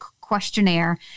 questionnaire